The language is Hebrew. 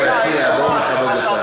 מי זאת הגברת שצועקת,